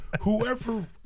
whoever